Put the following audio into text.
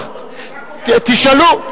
הדוח, תשאלו.